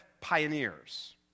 pioneers